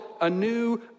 anew